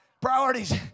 priorities